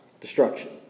Destruction